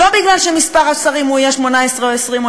לא כי מספר השרים יהיה 18 או 20 או